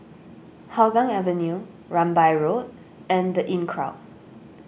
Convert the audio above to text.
Hougang Avenue Rambai Road and the Inncrowd